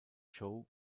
show